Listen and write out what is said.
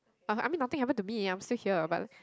uh I mean nothing happens to me I'm still here but